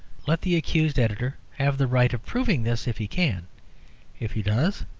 let the accused editor have the right of proving this if he can if he does,